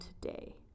today